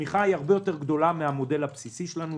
הצמיחה היא הרבה יותר גדולה מהמודל הבסיסי שלנו,